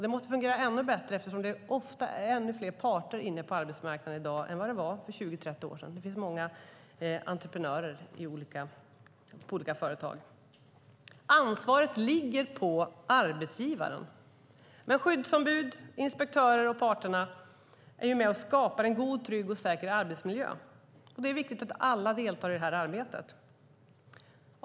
Det måste fungera ännu bättre eftersom det ofta är ännu fler parter på arbetsmarknaden i dag än det var för 20-30 år sedan. Det finns många entreprenörer i olika företag. Ansvaret ligger på arbetsgivaren. Men skyddsombud, inspektörer och parterna är med och skapar en god, trygg och säker arbetsmiljö. Det är viktigt att alla deltar i det arbetet.